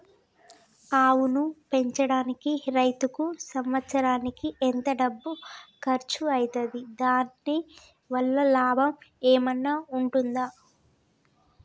ఆవును పెంచడానికి రైతుకు సంవత్సరానికి ఎంత డబ్బు ఖర్చు అయితది? దాని వల్ల లాభం ఏమన్నా ఉంటుందా?